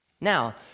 Now